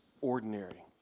ordinary